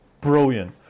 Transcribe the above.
Brilliant